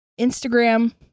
Instagram